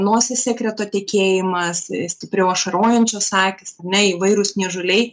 nosies sekreto tekėjimas stipriau ašarojančios akys ar ne įvairūs niežuliai